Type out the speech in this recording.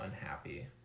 unhappy